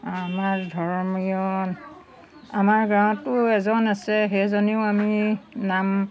আমাৰ ধৰ্মীয় আমাৰ গাঁৱতো এজন আছে সেইজনেও আমি নাম